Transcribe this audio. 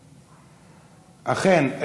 אכן,